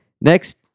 Next